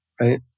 right